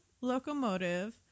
locomotive